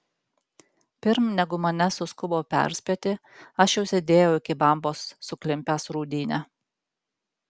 pirm negu mane suskubo perspėti aš jau sėdėjau iki bambos suklimpęs rūdyne